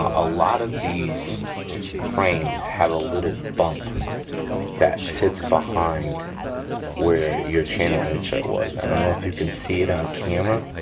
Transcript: a lot of these frames have a little bump that sits behind where your channel insert was. i don't know if you can see it on camera,